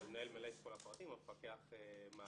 המנהל ממלא את כל הפרטים, המפקח מאשר.